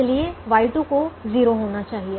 इसलिए Y2 को 0 होना चाहिए